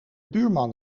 buurman